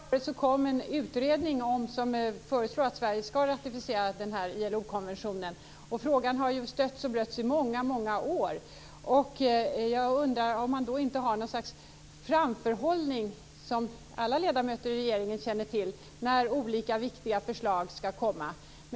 Fru talman! Redan förra året lades det fram en utredning där det föreslås att Sverige ska ratificera den här ILO-konventionen. Frågan har ju stötts och blötts i många år. Jag undrar om man inte har någon framförhållning som alla ledamöter i regeringen känner till avseende när olika viktiga förslag ska komma.